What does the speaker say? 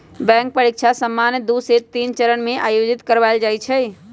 bank परीकछा सामान्य दू से तीन चरण में आयोजित करबायल जाइ छइ